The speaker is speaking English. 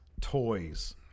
toys